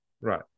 Right